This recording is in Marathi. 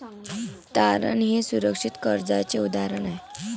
तारण हे सुरक्षित कर्जाचे उदाहरण आहे